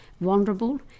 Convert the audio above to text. vulnerable